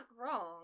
wrong